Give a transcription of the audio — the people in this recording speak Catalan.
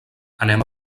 anem